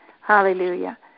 hallelujah